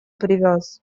привез